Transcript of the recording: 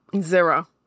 Zero